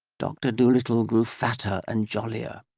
dr dolittle grew fatter and jollier.